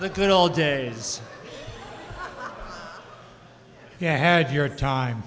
the good old days yeah had your time